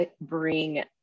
bring